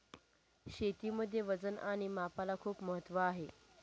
शेतीमध्ये वजन आणि मापाला खूप महत्त्व आहे